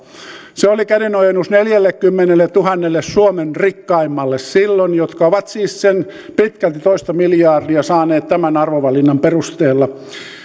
se oli kädenojennus neljänkymmenentuhannen suomen rikkaimmalle silloin jotka ovat siis sen pitkälti toista miljardia saaneet tämän arvovalinnan perusteella